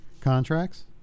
contracts